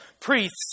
Priests